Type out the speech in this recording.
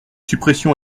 suppression